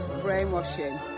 brainwashing